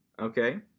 Okay